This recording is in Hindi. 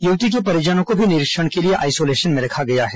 युवती के परिजनों को भी निरीक्षण के लिए आईसोलेशन में रखा गया है